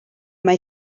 mae